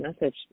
message